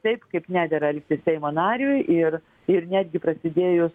taip kaip nedera elgtis seimo nariui ir ir netgi prasidėjus